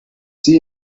sie